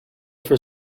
for